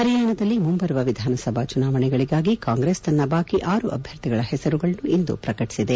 ಹರಿಯಾಣದಲ್ಲಿ ಮುಂಬರುವ ವಿಧಾನಸಾಭಾ ಚುನಾವಣೆಗಳಿಗಾಗಿ ಕಾಂಗ್ರೆಸ್ ತನ್ನ ಬಾಕಿ ಆರು ಅಭ್ಲರ್ಥಿಗಳ ಹೆಸರುಗಳನ್ನು ಇಂದು ಶ್ರಕಟಿಸಿದೆ